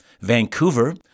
Vancouver